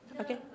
Okay